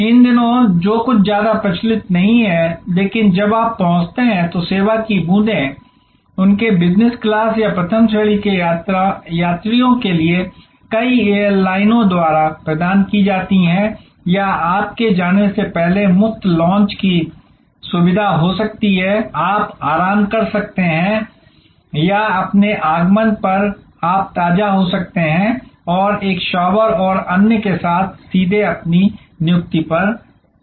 इन दिनों जो बहुत ज्यादा प्रचलित नहीं है लेकिन जब आप पहुंचते हैं तो सेवा की बूंदें उनके बिजनेस क्लास या प्रथम श्रेणी के यात्रियों के लिए कई एयरलाइनों द्वारा प्रदान की जाती हैं या आपके जाने से पहले मुफ्त लॉन्च की सुविधा हो सकती है आप आराम कर सकते हैं या अपने आगमन पर आप ताजा हो सकते हैं और एक शॉवर और अन्य के साथ सीधे अपनी नियुक्ति पर जाएं